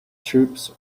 troops